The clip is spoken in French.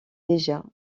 déjà